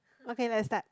okay let's start